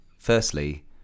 Firstly